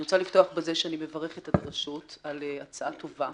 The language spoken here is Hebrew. אני רוצה לפתוח בזה שאני מברכת את הרשות על הצעה טובה.